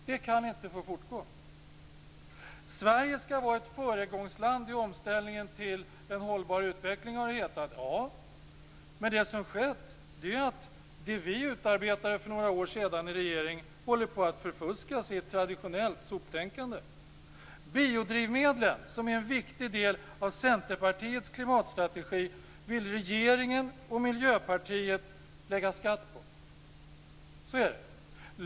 Det kan inte få fortgå. Sverige skall vara ett föregångsland i omställningen till en hållbar utveckling har det hetat. Ja, men det som skett är att det vi utarbetade för några år sedan i regeringsställning håller på att förfuskas i ett traditionellt soptänkande. Biodrivmedlen, som är en viktig del av Centerpartiets klimatstrategi, vill regeringen och Miljöpartiet lägga skatt på. Så är det.